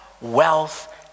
wealth